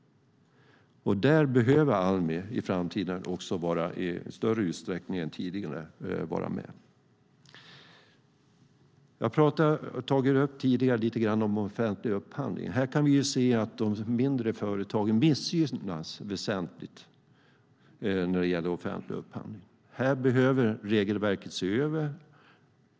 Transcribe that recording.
Där kommer Almi att i framtiden behövas i större utsträckning än tidigare. Jag har tidigare tagit upp frågan om offentlig upphandling. Här kan vi se att de mindre företagen missgynnas väsentligt i offentlig upphandling. Här behöver regelverket ses över.